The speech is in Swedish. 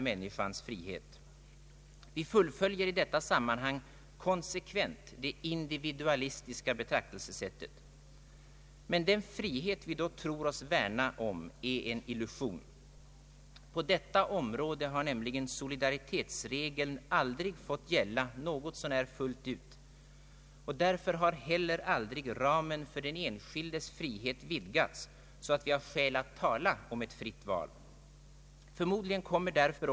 Denna individuella prövning är den nuvarande lagens styrka och svaghet. Den medger en humanitär omsorg om varje sökande som är grundläggande i ett samhälle som vill sätta människan i centrum. Samtidigt kan beslutsprocessen bli så grundlig att den abortsökande får utstå onödig väntan och utsättes för orimlig psykologisk press.